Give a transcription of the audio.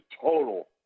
total